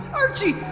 archie,